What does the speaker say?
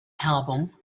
album